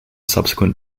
subsequent